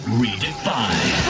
redefined